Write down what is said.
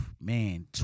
man